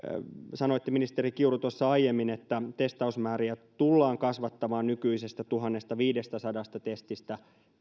sanoitte ministeri kiuru tuossa aiemmin että testausmääriä tullaan kasvattamaan nykyisestä tuhannestaviidestäsadasta testistä